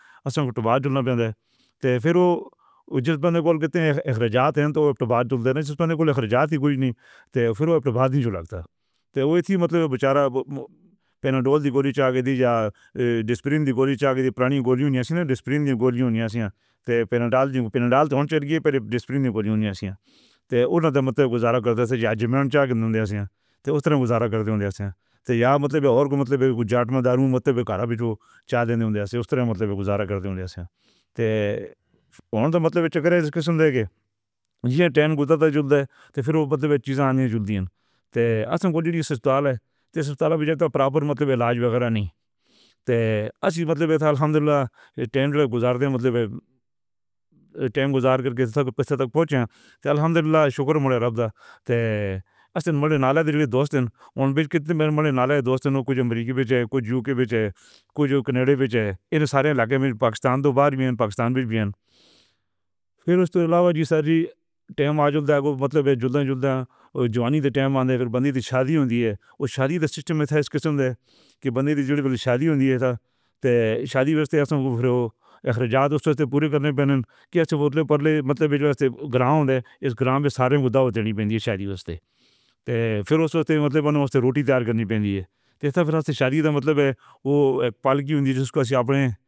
تو پھر او پھر او مطلب بیچارہ۔ تو پھر او بدلے وی چیزیں آنی ہیں۔ ان سارے علاقے میں پاکستان دو بار بھی ہے۔ پاکستان بھی بھی ہے۔ پھر اس کے علاوہ جی سر جی مطلب ہے جُلنا جُلنا او جوانی دی شادی ہوتی ہے۔ او شادی تھی سسٹم میں۔ کی بندی شادی ہونے ایسا شادی مطلب ہے۔ اس گرام میں سارے مدّہ روٹی تیار کرنی مطلب ہے او۔